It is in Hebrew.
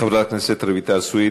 חברת הכנסת רויטל סויד.